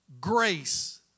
Grace